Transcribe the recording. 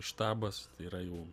štabas yra jau